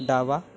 डावा